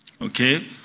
Okay